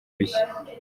bishya